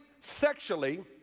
sexually